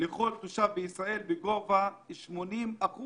לכל תושב בישראל בגובה 80%